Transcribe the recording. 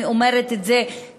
אני אומרת את זה כאימא,